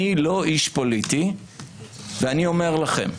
אני לא איש פוליטי ואני אומר לכם: